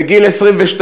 בגיל 22,